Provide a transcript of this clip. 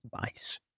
device